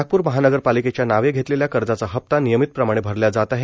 नागपूर महानगरपालिकेच्या नावे घेतलेल्या कर्जाचा हप्ता नियमित प्रमाणे भरल्या जात आहे